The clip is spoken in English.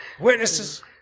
Witnesses